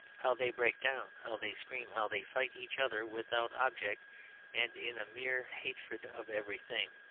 how they break down, how they scream, how they fight each other without object and in a mere hatred of everything.